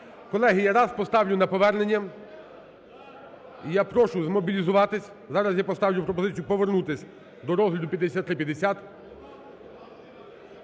Колеги, я зараз поставлю на повернення. І я прошу змобілізуватись. Зараз я поставлю пропозицію повернутись до розгляду 5350.